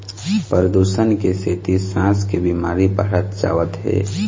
परदूसन के सेती सांस के बिमारी बाढ़त जावत हे